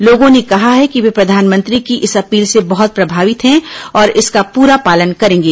लोगों ने कहा है कि वे प्रधानमंत्री की इस अपील से बहुत प्रभावित है और इसका पूरा पालन करेंगे